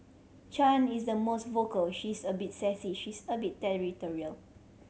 Chan is the most vocal she is a bit sassy she's a bit territorial